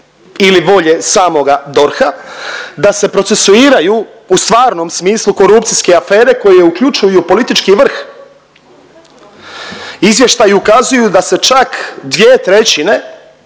ili volje samoga DORH-a da se procesuiraju u stvarnom smislu korupcijske afere koje uključuju politički vrh. Izvještaji ukazuju da se čak dvije trećine